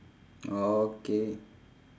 orh K